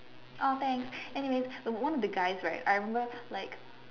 !aww! thanks anyways one of the guys right I remember like